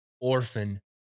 orphan